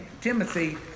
Timothy